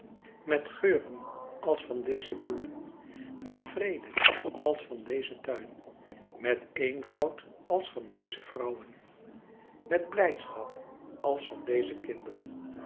met geuren als van deze bloemen met vrede als van dezen tuin met eenvoud als van deze vrouwen met blijdschap als van deze kinderen